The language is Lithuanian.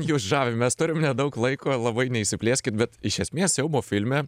jus žavi mes turim nedaug laiko labai neišsiplėskit bet iš esmės siaubo filme